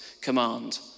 command